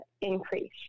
increase